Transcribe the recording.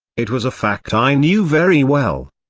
it was a fact i knew very well.